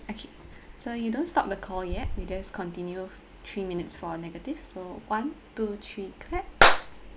okay so you don't stop the call yet you just continue three minutes for negative so one two three clap